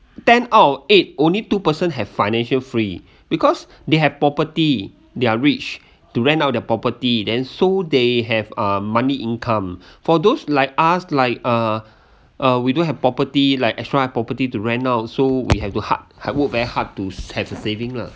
ten out of eight only two person have financial free because they have property they are rich to rent out their property then so they have uh money income for those like us like uh uh we don't have property like extra property to rent out so we have to hard hard work very hard to have a saving ah